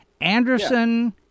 Anderson